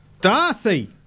Darcy